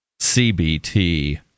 CBT